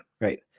Right